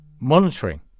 monitoring